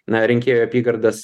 na rinkėjų apygardas